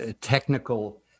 technical